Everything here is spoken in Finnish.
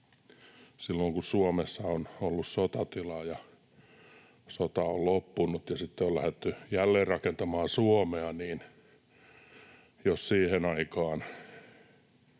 silloin kun Suomessa on ollut sotatila ja sota on loppunut ja sitten on lähdetty jälleenrakentamaan Suomea, niille miehille,